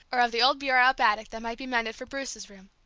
or of the old bureau up attic that might be mended for bruce's room.